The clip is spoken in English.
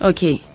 Okay